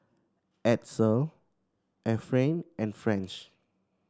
Edsel Efrain and French